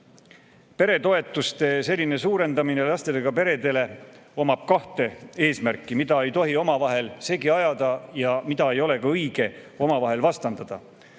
peretoetuste selline suurendamine lastega peredele omab kahte eesmärki, mida ei tohi omavahel segi ajada ja mida ei ole ka õige omavahel vastandada.